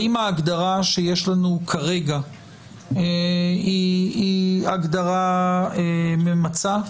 האם ההגדרה שיש לנו כרגע היא הגדרה ממצה?